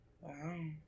Wow